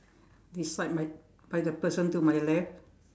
decide by by the person to my left